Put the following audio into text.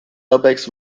airbags